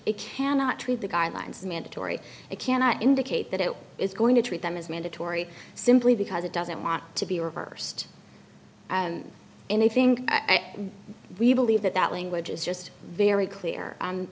it cannot treat the guidelines mandatory it cannot indicate that it is going to treat them as mandatory simply because it doesn't want to be reversed and i think i think we believe that that language is just very clear